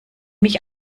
mich